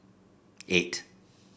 eight